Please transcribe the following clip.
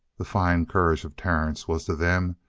the fine courage of terence was, to them,